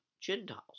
Gentiles